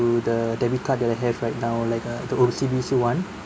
the debit card that I have right now like uh O_C_B_C one